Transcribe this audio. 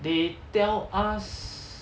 they tell us